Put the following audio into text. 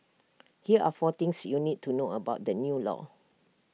here are four things you need to know about the new law